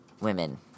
women